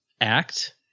act